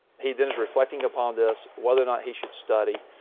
he then is reflecting upon this, whether or not he should study,